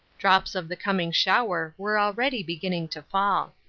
drops of the coming shower were already beginning to fall.